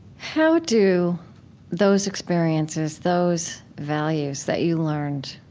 how do those experiences, those values that you learned,